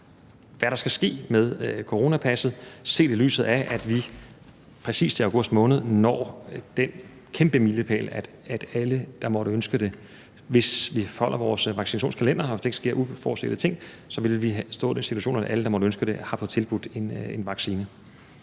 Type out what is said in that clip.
hvad der skal ske med coronapasset, set i lyset af at vi præcis til august måned når den kæmpe milepæl, at alle, der måtte ønske det – hvis vi holder vores vaccinationskalender og der ikke sker uforudsete ting – har fået tilbudt en vaccine.